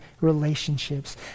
relationships